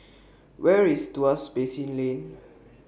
Where IS Tuas Basin Lane